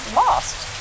lost